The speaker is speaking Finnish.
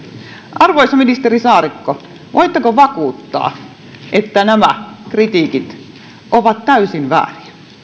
arvoisa ministeri saarikko voitteko vakuuttaa että nämä kritiikit ovat täysin vääriä